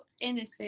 innocent